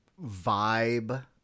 vibe